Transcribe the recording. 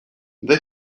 they